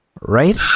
right